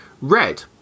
red